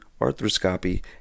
arthroscopy